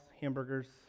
hamburgers